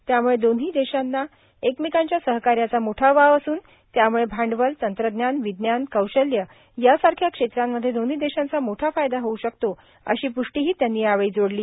त्यामुळे दोन्ही देशांना एकमेकांच्या सहकार्याचा मोठा वाव असून त्यामुळे भांडवल तंत्रज्ञान विज्ञान कौशल्य यांसारख्या क्षेत्रांमध्ये दोन्ही देशांचा मोठा फायदा होऊ शकतो अशी पृष्टीही त्यांनी यावेळी जोडली